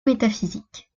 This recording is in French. métaphysique